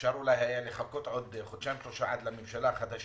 אפשר היה לחכות אולי עוד חודשיים שלושה עד שתקום הממשלה החדשה